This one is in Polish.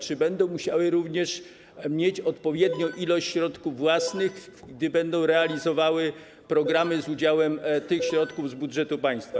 Czy będą musiały również mieć odpowiednią ilość środków własnych, gdy będą realizowały programy z udziałem tych środków z budżetu państwa?